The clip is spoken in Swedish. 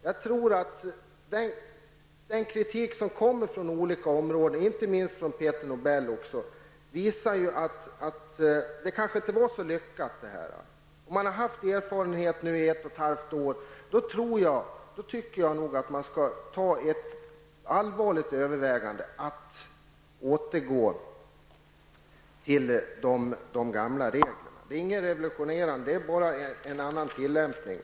Jag tror att kritiken från olika håll -- inte minst från Peter Nobel -- visar att det kanske inte var så lyckat med ändringen. Då man nu har samlat erfarenheter under ett och halvt år, tycker jag att man allvarligt bör överväga att återgå till de gamla reglerna. Det rör sig inte om någonting revolutionärt utan bara om en annan tillämpning.